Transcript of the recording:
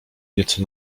nieco